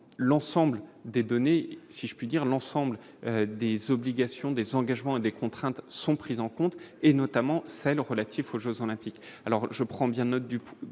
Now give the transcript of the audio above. l'ensemble des données, si je puis dire, l'ensemble des obligations des engagements et des contraintes sont prises en compte et notamment celles relatifs aux Jeux olympiques, alors je prends bien note